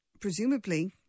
presumably